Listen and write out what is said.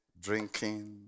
drinking